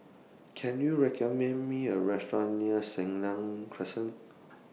Can YOU recommend Me A Restaurant near Senang Crescent